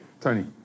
Tony